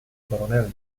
coronel